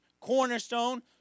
cornerstone